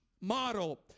model